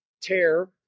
Tear